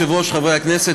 חברי הכנסת,